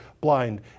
blind